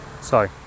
sorry